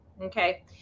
Okay